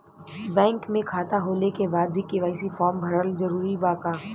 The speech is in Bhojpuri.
बैंक में खाता होला के बाद भी के.वाइ.सी फार्म भरल जरूरी बा का?